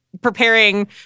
preparing